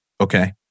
Okay